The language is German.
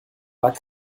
war